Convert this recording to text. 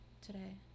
today